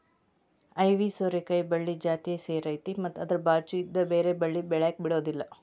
ಐವಿ ಸೋರೆಕಾಯಿ ಬಳ್ಳಿ ಜಾತಿಯ ಸೇರೈತಿ ಮತ್ತ ಅದ್ರ ಬಾಚು ಇದ್ದ ಬ್ಯಾರೆ ಬಳ್ಳಿನ ಬೆಳ್ಯಾಕ ಬಿಡುದಿಲ್ಲಾ